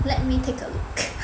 let me take a look